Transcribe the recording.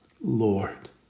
Lord